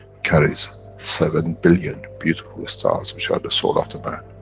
carries seven billion beautiful stars, which are the soul of the man.